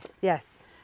yes